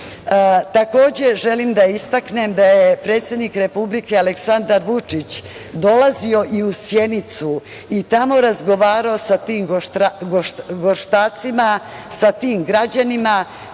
klub. Takođe, želim da istaknem da je predsednik Republike Aleksandar Vučić dolazio i u Sjenicu i tamo razgovarao sa tim gorštacima, sa tim građanima,